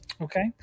Okay